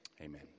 Amen